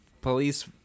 police